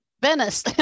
Venice